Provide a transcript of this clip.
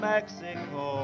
Mexico